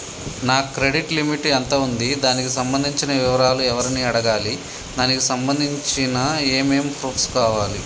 నా credit limit ఎంత ఉంది? దానికి సంబంధించిన వివరాలు ఎవరిని అడగాలి? దానికి సంబంధించిన ఏమేం ప్రూఫ్స్ కావాలి?